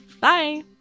bye